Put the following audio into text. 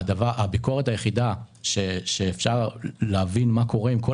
הביקורת היחידה כדי שאפשר יהיה להבין מה קורה עם כל